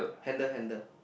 handle handle